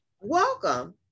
welcome